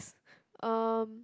um